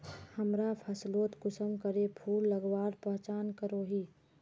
हमरा फसलोत कुंसम करे फूल लगवार पहचान करो ही?